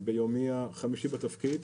ביומי החמישי בתפקיד.